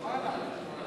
הקליטה והתפוצות נתקבלה.